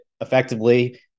effectively